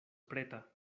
preta